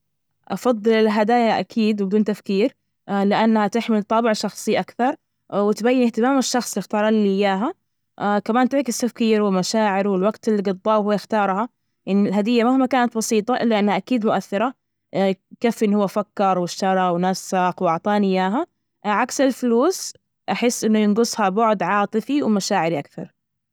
أفضل الهدايا أكيد وبدون تفكير، لأنها تحمل طابع شخصي أكثر، وتبين اهتمام الشخص، ال اختار لي إياها، كمان تعكس تفكيره ومشاعره والوقت ال جضاه وهو يختارها إن الهدية مهما كانت بسيطة إلا أنا أكيد مؤثرة. كفي إنه هو فكر وإشترى ونسق وأعطاني إياها عكس الفلوس، أحس إنه ينقصها بعد عاطفي ومشاعري أكثر.